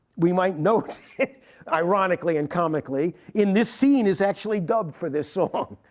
we might note ironically and comically, in this scene is actually dubbed for this song.